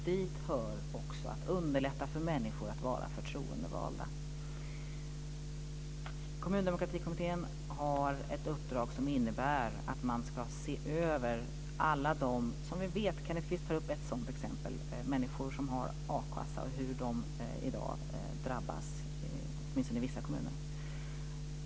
Dit hör också att underlätta för människor att vara förtroendevalda. Kommundemokratikommittén har ett uppdrag som innebär att man ska se över alla de hinder som vi vet om i dag. Kenneth Kvist tar upp ett sådant exempel, nämligen människor som har a-kassa och hur de drabbas i dag, åtminstone i vissa kommuner.